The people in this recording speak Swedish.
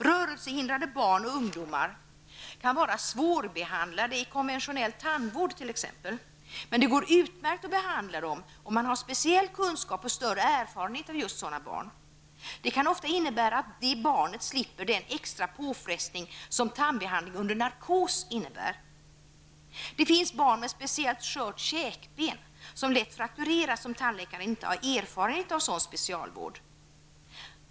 Rörelsehindrade barn och ungdomar kan vara svårbehandlade t.ex. i konventionell tandvård, men det går utmärkt att behandla dem om man har speciell kunskap och större erfarenhet av just sådana barn. Det kan ofta innebära att barnet slipper den extra påfrestning som tandbehandling under narkos innebär. Det finns barn med speciellt skört käkben som lätt fraktureras om tandläkaren inte har erfarenhet av sådan specialvård.